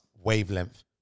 wavelength